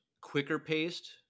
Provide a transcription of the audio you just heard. quicker-paced